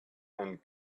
and